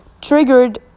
triggered